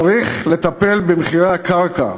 צריך לטפל במחירי הקרקע.